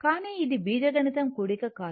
కానీ ఇది బీజగణిత కూడిక కాదు